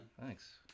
Thanks